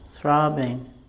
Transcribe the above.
throbbing